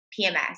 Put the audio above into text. PMS